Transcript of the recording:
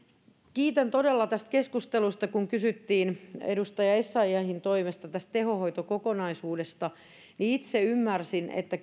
kiitän todella tästä keskustelusta kun kysyttiin edustaja essayahin toimesta tästä tehohoitokokonaisuudesta niin itse ymmärsin että